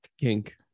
kink